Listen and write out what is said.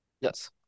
Yes